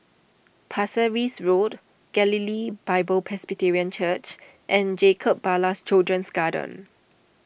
Pasir Ris Road Galilee Bible Presbyterian Church and Jacob Ballas Children's Garden